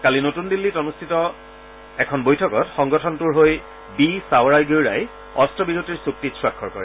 কালি নতুন দিল্লীত অনুষ্ঠিত এখন বৈঠকত সংগঠনটোৰ হৈ বি ছাওৰাইগৌৰাই অস্ত্ৰবিৰতিৰ চুক্তিত স্বাক্ষৰ কৰে